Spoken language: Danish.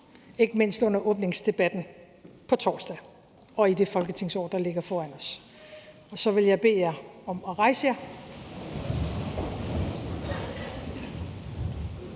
ikke mindst under åbningsdebatten på torsdag og i det folketingsår, der ligger foran os. Så vil jeg bede jer om at rejse jer.